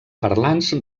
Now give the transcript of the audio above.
parlants